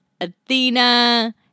Athena